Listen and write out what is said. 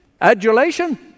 adulation